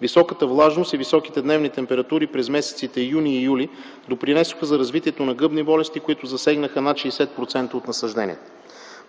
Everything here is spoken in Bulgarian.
Високата влажност и високите дневни температури през месеците юни и юли допринесоха за развитието на гъбни болести, които засегнаха над 60% от насажденията.